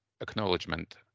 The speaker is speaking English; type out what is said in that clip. acknowledgement